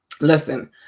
Listen